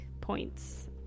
points